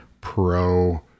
pro